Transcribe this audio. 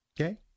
Okay